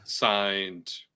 signed